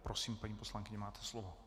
Prosím, paní poslankyně, máte slovo.